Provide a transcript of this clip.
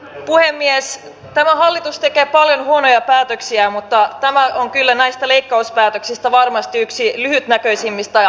tämä hallitus tekee paljon huonoja päätöksiä mutta tämä on kyllä näistä leikkauspäätöksistä varmasti yksi lyhytnäköisimmistä ja haitallisimmista